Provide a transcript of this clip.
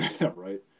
right